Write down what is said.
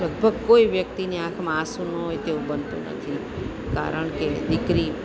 લગભગ કોઈ વ્યક્તિની આંખમાં આંસું ન હોય તેવું બનતું નથી કારણ કે દીકરી